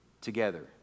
together